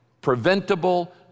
preventable